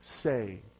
say